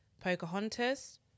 Pocahontas